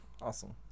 awesome